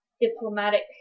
diplomatic